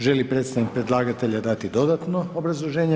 Želi li predstavnik predlagatelja dati dodatno obrazloženje?